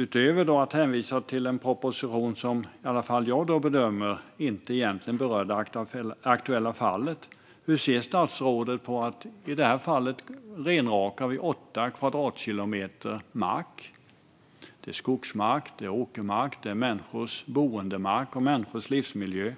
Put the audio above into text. Utöver att hänvisa till en proposition som i alla fall jag bedömer egentligen inte berör det aktuella fallet, hur ser statsrådet på att vi i det här fallet renrakar åtta kvadratkilometer mark? Det är skogsmark, åkermark, människors boendemark och människors livsmiljö